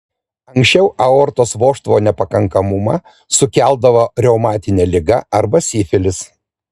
anksčiau aortos vožtuvo nepakankamumą sukeldavo reumatinė liga arba sifilis